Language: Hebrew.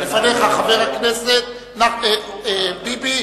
לפניך חבר הכנסת ביבי,